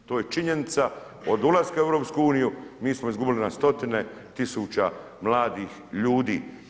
To je činjenica od ulaska u EU, mi smo izgubili na 100 tisuća mladih ljudi.